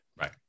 Right